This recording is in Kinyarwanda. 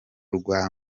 rwa